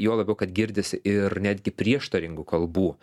juo labiau kad girdisi ir netgi prieštaringų kalbų